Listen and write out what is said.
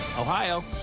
Ohio